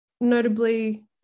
notably